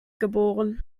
geboren